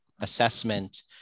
assessment